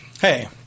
Hey